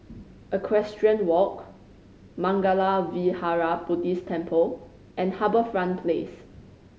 Equestrian Walk Mangala Vihara Buddhist Temple and HarbourFront Place